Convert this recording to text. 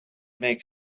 makes